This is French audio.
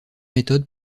méthodes